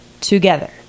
together